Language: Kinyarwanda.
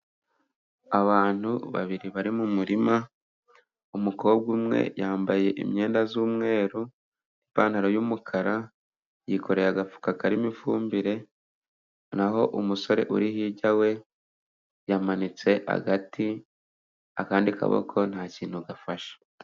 Abantu babiri bari mu murima. Umukobwa umwe yambaye imyenda y'umweru n'ipantaro y'umukara. Yikoreye agafuka karimo ifumbire. Naho umusore uri hirya we ,yamanitse agati. Akandi kaboko nta kintu gafashe.